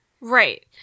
right